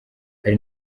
hari